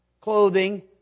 clothing